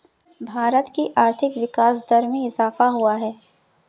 भारत की आर्थिक विकास दर में इजाफ़ा हुआ है